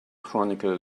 chronicle